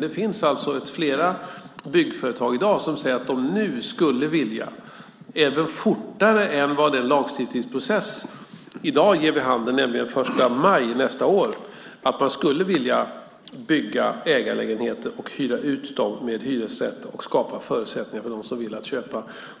Det finns flera byggföretag i dag som säger att de skulle vilja bygga ägarlägenheter - även fortare än vad den lagstiftningsprocess som pågår i dag ger vid handen, nämligen den 1 maj nästa år - och hyra ut dem med hyresrätt och skapa förutsättningar att köpa för dem som vill.